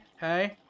hey